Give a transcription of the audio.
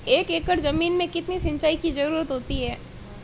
एक एकड़ ज़मीन में कितनी सिंचाई की ज़रुरत होती है?